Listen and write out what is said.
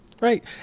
Right